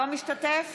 אינו משתתף